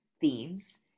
themes